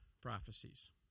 Prophecies